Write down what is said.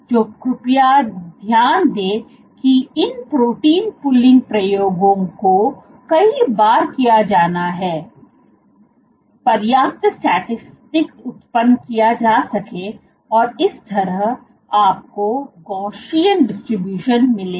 तो कृपया ध्यान दें कि इन प्रोटीन पुलिंग प्रयोगों को कई बार किया जाना है पर्याप्त स्टैटिसटिक्स उत्पन्न किया जा सके और इस तरह आपको गौशियन डिसटीब्यूशन मिलेगा